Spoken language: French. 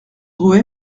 rue